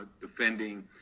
defending